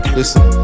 listen